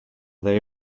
they